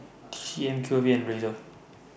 T C M Q V and Razer